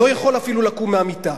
לא יכול אפילו לקום מהמיטה.